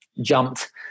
jumped